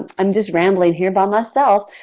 i'm just rambling here by myself.